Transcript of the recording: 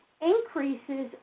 increases